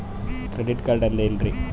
Credit card ಅಂದ್ರ ಏನ್ರೀ?